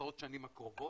בעשרות השנים הקרובות.